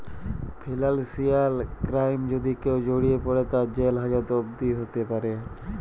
financial ক্রাইমে যদি কেউ জড়িয়ে পরে, তার জেল হাজত অবদি হ্যতে প্যরে